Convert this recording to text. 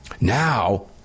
Now